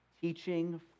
teaching